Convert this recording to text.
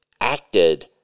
acted